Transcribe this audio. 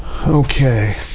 Okay